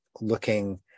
looking